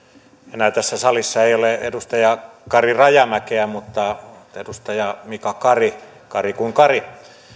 enää tässä salissa ei ole edustaja kari rajamäkeä mutta edustaja mika kari on kari kuin kari